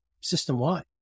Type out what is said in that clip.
system-wide